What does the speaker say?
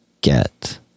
get